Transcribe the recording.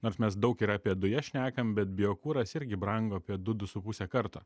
nors mes daug ir apie dujas šnekam bet biokuras irgi brango apie du du su puse karto